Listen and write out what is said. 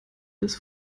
des